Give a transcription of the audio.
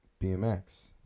bmx